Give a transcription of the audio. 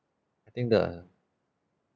think the